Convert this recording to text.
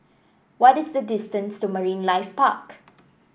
what is the distance to Marine Life Park